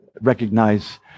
recognize